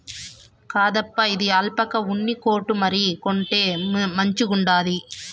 కాదప్పా, ఇది ఆల్పాకా ఉన్ని కోటు మరి, కొంటే మంచిగుండాది